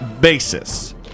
basis